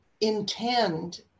intend